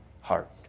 heart